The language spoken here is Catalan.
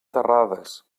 terrades